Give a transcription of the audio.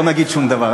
לא נגיד שום דבר,